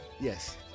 Yes